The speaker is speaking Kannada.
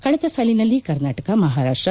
ಕಳೆದ ಸಾಲಿನಲ್ಲಿ ಕರ್ನಾಟಕ ಮಹಾರಾಷ್ಲ